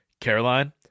caroline